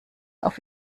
auf